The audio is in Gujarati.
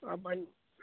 હા પણ